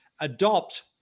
adopt